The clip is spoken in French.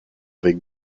avec